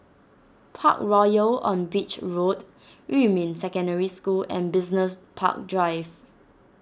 Parkroyal on Beach Road Yumin Secondary School and Business Park Drive